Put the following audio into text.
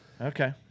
okay